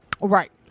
Right